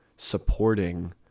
Supporting